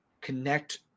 connect